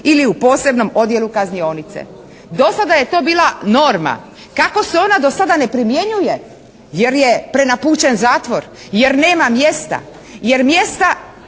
ili u posebnom odjelu kaznionice. Do sada je to bila norma. Kako se ona do sada ne primjenjuje jer je prenapučen zatvor, jer nema mjesta, jer mjesta,